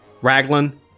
Raglan